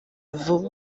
vuba